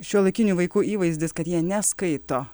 šiuolaikinių vaikų įvaizdis kad jie neskaito